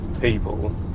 people